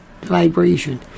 vibration